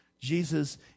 Jesus